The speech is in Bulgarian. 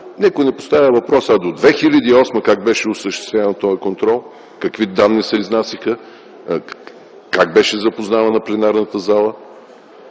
никой не поставя въпроса как беше осъществяван този контрол до 2008 г., какви данни се изнасяха, как беше запознавана пленарната зала.